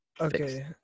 okay